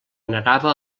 negava